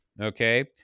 Okay